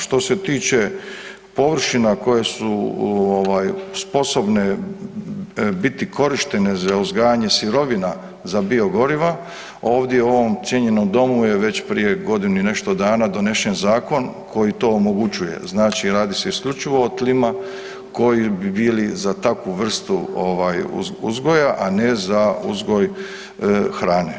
Što se tiče površina koje su sposobne biti korištene za uzgajanje sirovina za biogoriva, ovdje u ovom cijenjenom Domu je već prije godinu i nešto dana donešen zakon koji to omogućuje, znači radi se isključivo o tlima koji bi bili za takvu vrstu uzgoja, a ne za uzgoj hrane.